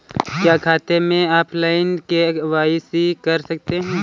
क्या खाते में ऑनलाइन के.वाई.सी कर सकते हैं?